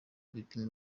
bipimo